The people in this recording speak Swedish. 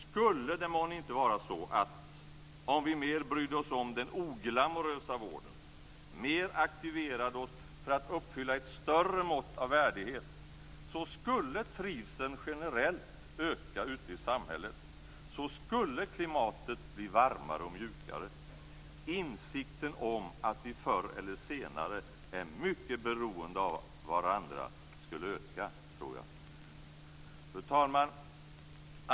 Skulle det månne inte vara så att om vi brydde oss mer om den oglamourösa vården och aktiverade oss mer för att uppfylla ett större mått av värdighet, skulle trivseln generellt öka ute i samhället och klimatet skulle bli varmare och mjukare? Jag tror att insikten om att vi förr eller senare är mycket beroende av varandra skulle öka. Fru talman!